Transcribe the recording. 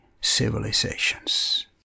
civilizations